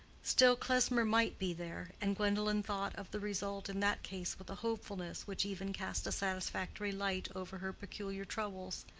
still klesmer might be there, and gwendolen thought of the result in that case with a hopefulness which even cast a satisfactory light over her peculiar troubles,